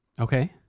Okay